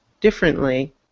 differently